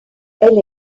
elle